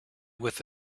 with